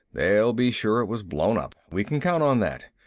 they'll be sure it was blown up. we can count on that.